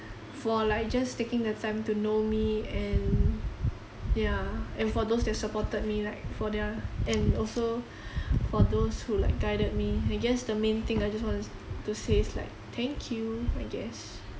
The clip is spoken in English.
for like just taking the time to know me and ya and for those that supported me like for their and also for those who like guided me I guess the main thing I just wanted to say is like thank you I guess